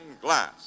glass